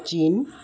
ଚୀନ୍